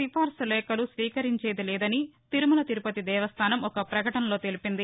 సిఫార్సు లేఖలు స్వికరించేది లేదని తిరుమల తిరుపతి దేవస్థాసం ఒక ప్రపకటనలో తెలిపింది